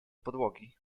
podłogi